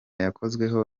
yakozweho